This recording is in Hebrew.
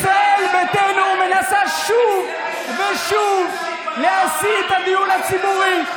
ישראל מנסה שוב ושוב להסיט את הדיון הציבורי.